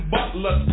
Butler